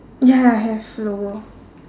ya have logo